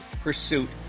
pursuit